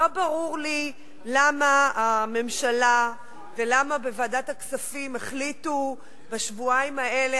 לא ברור לי למה בממשלה ולמה בוועדת הכספים החליטו בשבועיים האלה,